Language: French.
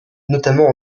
notamment